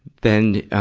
then,